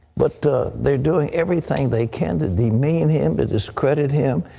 but they're doing everything they can to demean him, to discredit him.